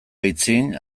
aitzin